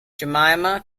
jemima